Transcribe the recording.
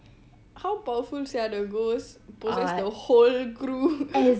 how powerful sia the ghost possess the whole group